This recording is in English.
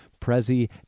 Prezi